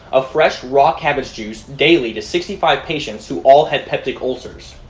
of fresh raw cabbage juice daily to sixty five patients who all had peptic ulcers.